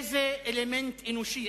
איזה אלמנט אנושי?